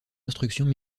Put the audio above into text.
instructions